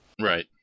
Right